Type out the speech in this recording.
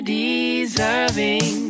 deserving